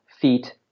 feet